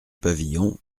pavillon